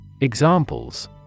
Examples